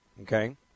Okay